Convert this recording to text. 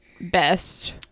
best